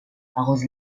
arrose